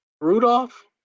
Rudolph